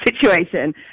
situation